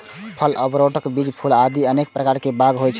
फल, अखरोट, बीज, फूल आदि अनेक प्रकार बाग होइ छै